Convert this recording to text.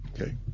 Okay